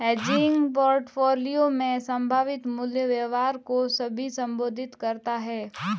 hedging portfolio में संभावित मूल्य व्यवहार को भी संबोधित करता हैं